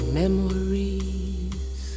memories